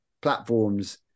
platforms